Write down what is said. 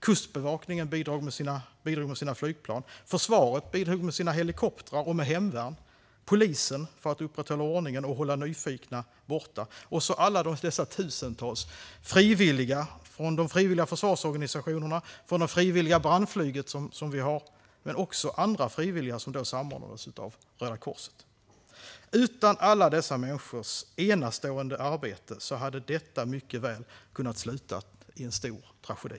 Kustbevakningen bidrog med sina flygplan. Försvaret bidrog med sina helikoptrar och med hemvärn. Polisen upprätthöll ordningen och höll nyfikna borta. Och så har vi alla dessa tusentals frivilliga - de frivilliga försvarsorganisationerna och det frivilliga brandflyget men också andra frivilliga, som samordnades av Röda Korset. Utan alla dessa människors enastående arbete hade detta mycket väl kunnat sluta i en stor tragedi.